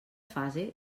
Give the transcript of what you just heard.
fase